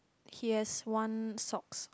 he has one sock